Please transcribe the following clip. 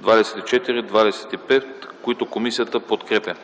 24 и 25, които комисията подкрепя.